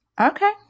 Okay